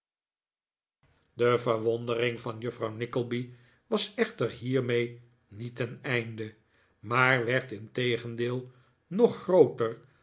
de verwondering van juffrouw nickleby was echter hiermee niet ten einde maar werd integendeel nog grpoter